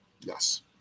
Yes